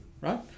right